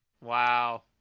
Wow